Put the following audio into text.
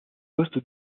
poste